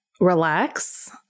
Relax